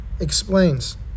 Explains